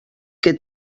que